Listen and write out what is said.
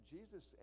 Jesus